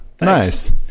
Nice